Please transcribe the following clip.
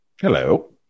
hello